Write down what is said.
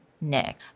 Nick